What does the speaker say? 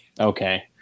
Okay